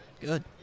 Good